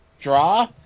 draw